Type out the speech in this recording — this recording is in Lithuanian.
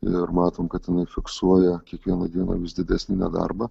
ir matom kad jinai fiksuoja kiekvieną dieną vis didesnį nedarbą